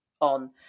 on